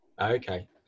Okay